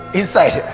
inside